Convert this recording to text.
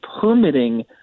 permitting